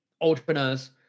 entrepreneurs